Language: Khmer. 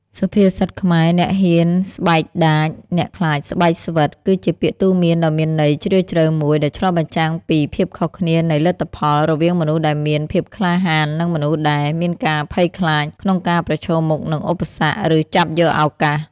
សុភាសិតខ្មែរ អ្នកហ៊ានស្បែកដាច អ្នកខ្លាចស្បែកស្វិត គឺជាពាក្យទូន្មានដ៏មានន័យជ្រាលជ្រៅមួយ ដែលឆ្លុះបញ្ចាំងពី ភាពខុសគ្នានៃលទ្ធផល រវាងមនុស្សដែលមាន ភាពក្លាហាន និងមនុស្សដែល មានការភ័យខ្លាច ក្នុងការប្រឈមមុខនឹងឧបសគ្គ ឬចាប់យកឱកាស។